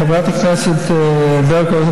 חברת הכנסת ברקו,